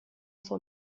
for